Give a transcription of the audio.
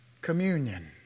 Communion